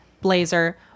blazer